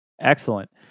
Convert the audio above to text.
Excellent